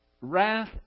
wrath